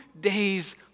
days